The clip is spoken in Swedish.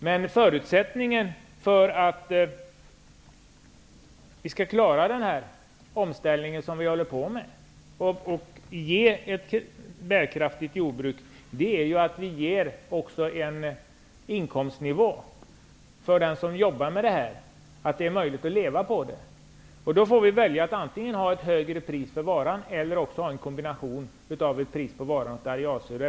Men förutsättningen för att vi skall klara den omställning som pågår och få ett bärkraftigt jordbruk är att vi skapar en inkomst för den som arbetar inom jordbruket som är möjlig att leva på. Vi har då att välja mellan antingen ett högre pris för varan eller en kombination av varans pris och ett arealstöd.